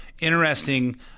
interesting